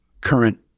current